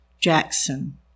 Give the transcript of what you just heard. Jackson